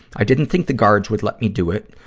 i didn't think the guards would let me do it,